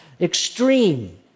extreme